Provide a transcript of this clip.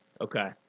Okay